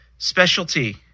specialty